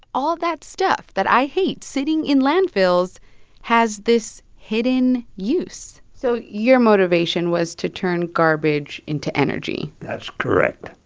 all that stuff that i hate sitting in landfills has this hidden use so your motivation was to turn garbage into energy that's correct.